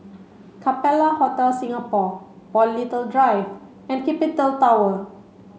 Capella Hotel Singapore Paul Little Drive and Capital Tower